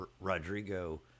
Rodrigo